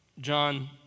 John